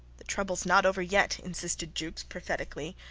the troubles not over yet, insisted jukes, prophetically,